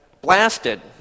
blasted